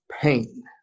pain